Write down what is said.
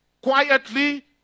quietly